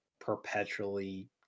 perpetually